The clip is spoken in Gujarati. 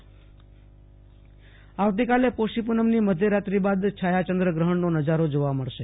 આસુતોષ અંતાણી આવતીકાલે પોષી પૂનમની મધ્યરાત્રી બાદ છાયા ચંદ્રગ્રફણનો નજારો જોવા મળશે